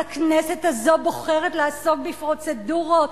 אז הכנסת הזאת בוחרת לעסוק בפרוצדורות,